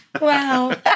Wow